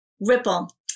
ripple